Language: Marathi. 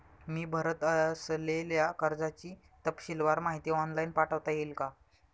मी भरत असलेल्या कर्जाची तपशीलवार माहिती ऑनलाइन पाठवता येईल का?